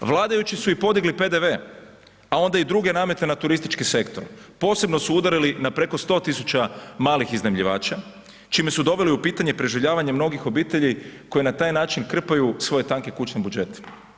Vladajući su i podigli PDV, a onda i druge namete na turistički sektor, posebno su udarili na preko 100 000 malih iznajmljivača, čime su doveli u pitanje preživljavanje mnogih obitelji koji na taj način krpaju svoje tanke kućne budžete.